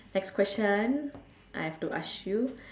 next question I have to ask you